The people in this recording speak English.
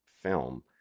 film